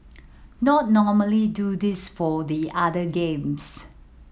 not normally do this for the other games